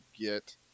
get